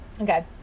okay